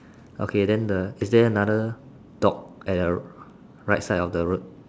okay then the is there another dog at right side of the road